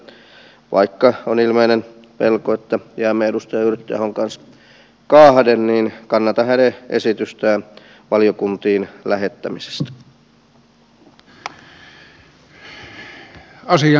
siitäpä syystä vaikka on ilmeinen pelko että jäämme edustaja yrttiahon kanssa kahden kannatan hänen esitystään valiokuntiin lähettämisestä